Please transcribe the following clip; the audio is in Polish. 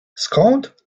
skąd